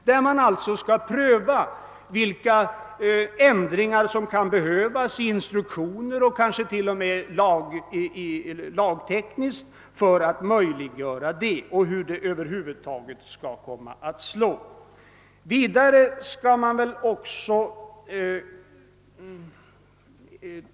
Därvid skall man pröva vilka ändringar som kan behövas i instruktioner — och kanske t.o.m. lagtekniskt — för att möjliggöra en ökad arbetsdemokrati och även undersöka hur denna över huvud taget skall komma att slå.